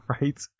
Right